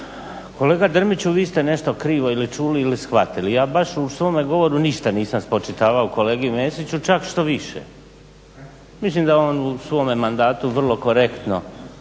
Kolega Drmiću, vi ste nešto krivo ili čuli ili shvatili. Ja baš u svome govoru ništa nisam spočitavao kolegi Mesiću, čak štoviše. Mislim da on u svome mandatu vrlo korektno